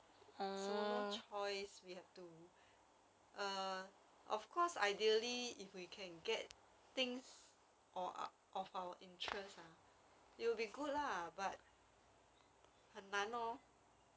so no choice we have to err of course ideally if we can get things or our of our interests ah will be good lah but 很难 lor